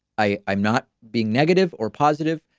i'm not being negative or positive,